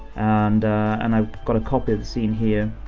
and and i got a copy of the scene here,